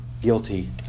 guilty